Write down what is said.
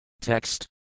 Text